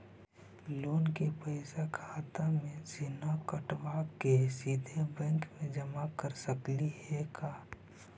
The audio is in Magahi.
लोन के पैसा खाता मे से न कटवा के सिधे बैंक में जमा कर सकली हे का?